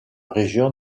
région